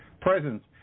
presence